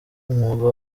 umwuga